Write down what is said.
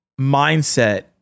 mindset